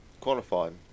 qualifying